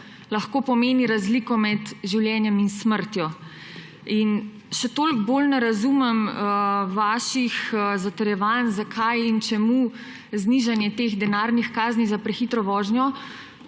lahko pomeni razliko med življenjem in smrtjo. In še toliko bolj ne razumem vaših zatrjevanj, zakaj in čemu znižanje teh denarnih kazni za prehitro vožnjo,